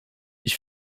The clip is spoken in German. ich